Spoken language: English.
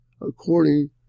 according